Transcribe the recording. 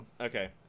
Okay